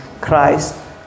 Christ